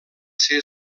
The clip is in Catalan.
ser